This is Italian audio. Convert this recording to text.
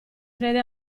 crede